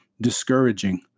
discouraging